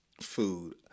food